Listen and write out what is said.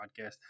Podcast